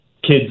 kids